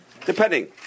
depending